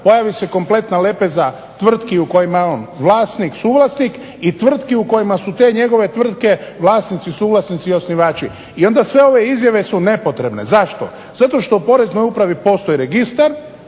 pojavi se kompletna lepeza tvrtki u kojima je on vlasnik, suvlasnik i tvrtki u kojima su te njegove tvrtke vlasnici, suvlasnici i osnivači. I onda sve ove izjave su nepotrebne. Zašto, zato što u poreznoj upravi postoji registar